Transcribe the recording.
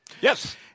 Yes